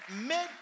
made